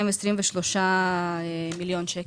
223 מיליון שקל.